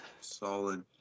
Solid